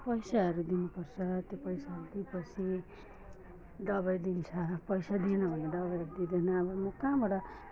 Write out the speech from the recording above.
पैसाहरू दिनुपर्छ त्यो पैसाहरू दिएपछि दबाई दिन्छ पैसा दिएन भने दबाई दिँदैन अब म कहाँबाट